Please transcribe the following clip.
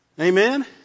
Amen